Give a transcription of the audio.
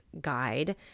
guide